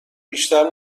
بیشتر